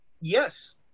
Yes